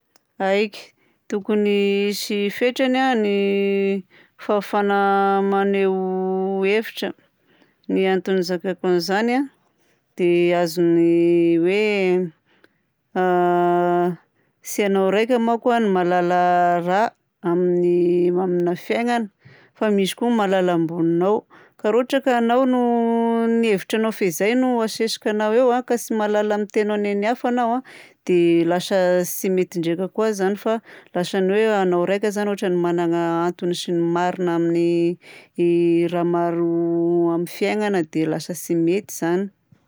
Aika, tokony hisy fetrany a ny fahafahana maneho hevitra. Ny antony izakako an'izany a, dia azon'ny hoe tsy ianao raika manko a no mahalala raha amin'ny, amina fiaignana fa misy koa mahalala amboninao. Ka raha ohatra ka anao no, ny hevitranao fehizay no asesikanao eo a ka tsy mahalala miteno ny hafa ianao a, dia lasa tsy mety ndraika koa zany fa lasny hoe anao raika zany ohatra ny my managna antony sy ny marina amin'ny raha maro amin'ny fiaignana dia lasa ty mety izany.